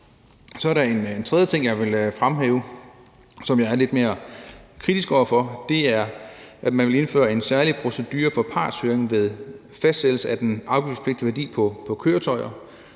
en tredje ting, jeg vil fremhæve, som jeg er lidt mere kritisk over for. Det er, at man vil indføre en særlig procedure for partshøring ved fastsættelse af den afgiftspligtige værdi på køretøjer.